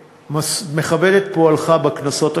ומכבד את פועלך בכנסות הקודמות,